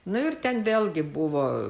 nu ir ten vėlgi buvo